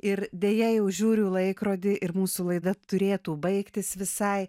ir deja jau žiūriu į laikrodį ir mūsų laida turėtų baigtis visai